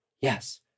Yes